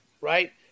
right